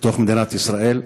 בתוך מדינת ישראל,